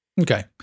Okay